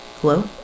Hello